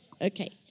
Okay